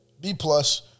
B-plus